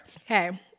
Okay